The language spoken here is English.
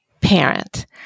parent